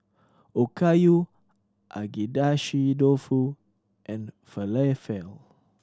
Okayu Agedashi Dofu and Falafel